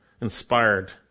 inspired